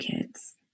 kids